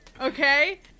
Okay